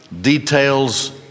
details